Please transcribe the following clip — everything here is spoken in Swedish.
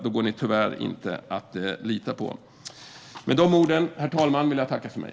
Då går ni tyvärr inte att lita på. Med de orden, herr talman, tackar jag för mig.